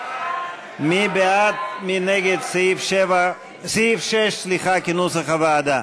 מי בעד ומי נגד סעיף 6 כנוסח הוועדה?